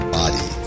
body